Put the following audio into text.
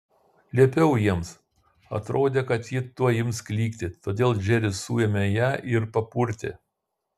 liepiau jiems atrodė kad ji tuoj ims klykti todėl džeris suėmė ją ir papurtė